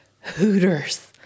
Hooters